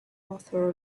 author